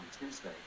Tuesday